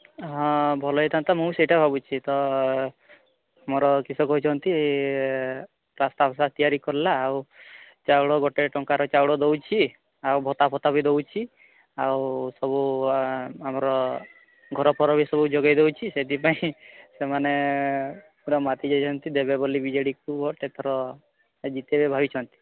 ହଁ ଭଲ ହୋଇଥାନ୍ତା ମୁଁ ସେଇଟା ଭାବୁଛି ତ ମୋର କିସ କହିଛନ୍ତି କରିଲା ଆଉ ଚାଉଳ ଗୋଟେ ଟଙ୍କାର ଚାଉଳ ଦଉଛି ଭତା ଫତା ବି ଦେଉଛି ଆଉ ସବୁ ଆମର ଘର ଫର ବି ସବୁ ଯୋଗେଇ ଦେଉଛି ସେଥିପାଇଁ ସେମାନେ ପୁରା ମାତିଯାଇଚନ୍ତି ଦେବେ ବୋଲି ବିଜେଡ଼ିକୁ ଭୋଟ ଜିତେଇବେ ଭାବିଛନ୍ତି